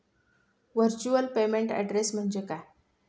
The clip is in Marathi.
व्हर्च्युअल पेमेंट ऍड्रेस म्हणजे काय?